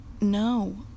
No